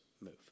move